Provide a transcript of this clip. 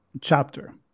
chapter